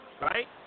right